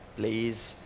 please?